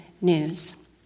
news